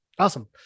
Awesome